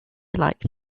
like